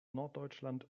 norddeutschland